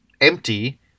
empty